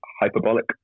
hyperbolic